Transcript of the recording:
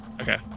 Okay